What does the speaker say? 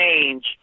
change